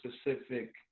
specific